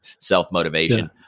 self-motivation